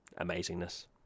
amazingness